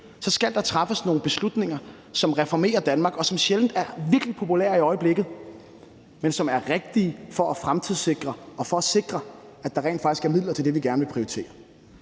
så skal der træffes nogle beslutninger, som reformerer Danmark, og som sjældent er virkelig populære i øjeblikket, men som er rigtige for at fremtidssikre og for at sikre, at der rent faktisk er midler til det, vi gerne vil prioritere.